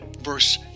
verse